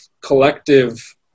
collective